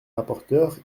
rapporteure